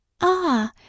Ah